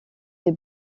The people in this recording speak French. des